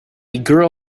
girl